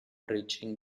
reaching